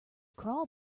crawl